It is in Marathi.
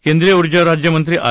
केंद्रीय ऊर्जा राज्यमंत्री आर